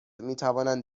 میتوانند